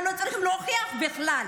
אנחנו לא צריכים להוכיח בכלל.